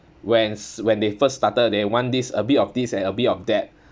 when s~ when they first started they want this a bit of this and a bit of that